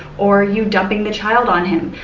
or you dumping the child on him.